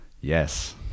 Yes